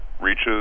reaches